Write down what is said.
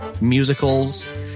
musicals